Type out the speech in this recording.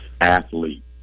athlete